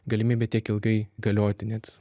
galimybę tiek ilgai galioti net